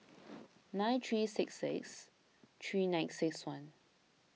nine three six six three nine six one